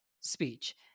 speech